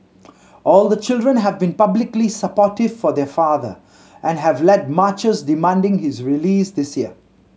all the children have been publicly supportive for their father and have led marches demanding his release this year